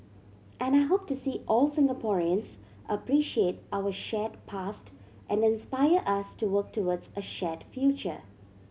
and I hope to see all Singaporeans appreciate our shared past and inspire us to work towards a shared future